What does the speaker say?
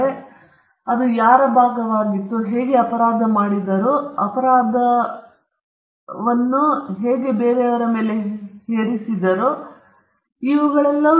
ಆದ್ದರಿಂದ ಅದು ಯಾರ ಭಾಗವಾಗಿತ್ತು ಅವನು ಹೇಗೆ ಅಪರಾಧವನ್ನು ಮಾಡಿದ್ದಾನೆ ಎಂಬುದು ಮತ್ತು ಈ ಅಪರಾಧವನ್ನು ಹೇಗೆ ಮಾಡಿದ್ದಾರೆ ಎಂದು ಓದುಗರಿಗೆ ಯಾರಾದರೂ ವಿವರಿಸುತ್ತಾರೆ ಅಥವಾ ಹೇಳುತ್ತಾನೆ